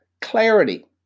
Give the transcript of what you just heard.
clarity